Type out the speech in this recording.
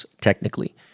technically